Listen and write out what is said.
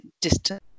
Distance